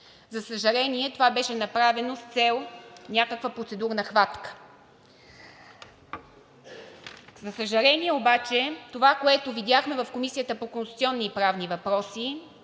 За съжаление, това беше направено с цел някаква процедурна хватка. За съжаление обаче, това, което видяхме в Комисията по конституционни и правни въпроси,